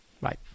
Bye